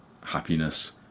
happiness